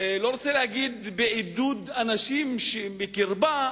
אני לא רוצה להגיד בעידוד אנשים שבקרבה,